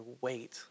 wait